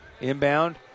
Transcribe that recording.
inbound